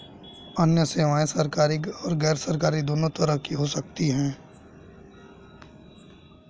अन्य सेवायें सरकारी और गैरसरकारी दोनों तरह की हो सकती हैं